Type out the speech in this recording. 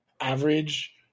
average